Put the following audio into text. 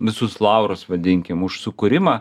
visus laurus vadinkim už sukūrimą